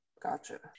gotcha